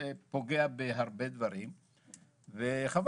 זה פוגע בהרבה דברים וחבל.